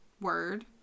word